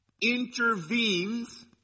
intervenes